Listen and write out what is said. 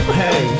hey